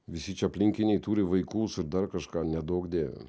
visi čia aplinkiniai turi vaikus ir dar kažką neduok dieve